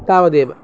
तावदेव